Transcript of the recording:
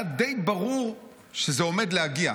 היה די ברור שזה עומד להגיע.